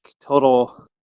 total